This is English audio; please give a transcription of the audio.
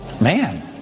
Man